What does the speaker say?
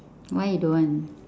why you don't want